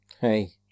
Hey